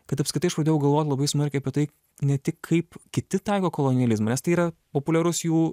kad apskritai aš pradėjau galvot labai smarkiai apie tai ne tik kaip kiti taiko kolonializmą nes tai yra populiarus jų